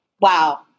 Wow